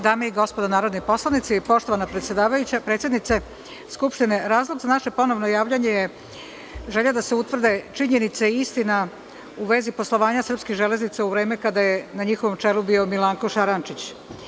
Dame i gospodo narodni poslanici, poštovana predsedavajuća predsednice Skupštine, razlog za naše ponovno javljanje je želja da se utvrde činjenice i istina u vezi poslovanja Srpskih železnica u vreme kada je na njihovom čelu bio Milanko Šarančić.